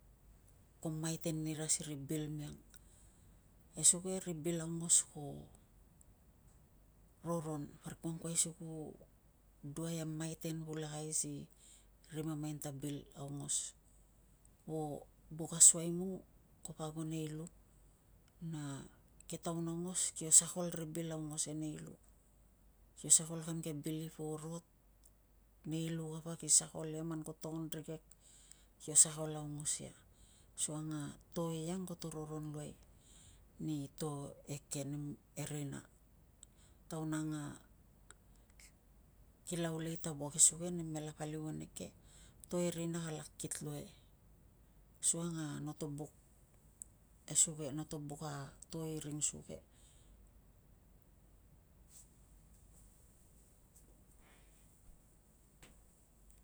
Ko maiten ira si ri bil miang e suge ri bil aungos ko roron parik kua angkuai si ku duai a maiten pulakai si mamain ta bil aungos kuo buk ausai mung ko ago nei lu na ke taun aungos kio sakol i ri bil aongos e nei lu, kio sakol kam ke bil i po rot nei lu kapa, ki sakol ia man ko togon rikei kio sakol aungos ia asukang a to eiang koto roron luai ni to eke e rina, taon ang a kila aulei ta wuak e suge, nem mela paliu ane ke to e rina kala kit luai asukang a no buk e suge nato buka to i ring suge.